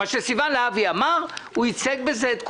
מה שסיון להבי אמר, הוא ייצג בזה את כולם,